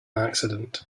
accident